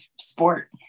sport